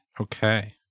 Okay